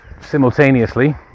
simultaneously